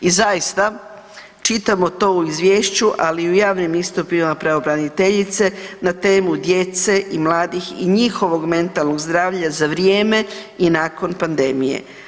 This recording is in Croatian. I zaista čitamo to u izvješću, ali i u javnim istupima pravobraniteljice na temu djece i mladih i njihovog mentalnog zdravlja za vrijeme i nakon pandemije.